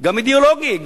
גם אידיאולוגי.